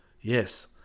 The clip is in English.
Yes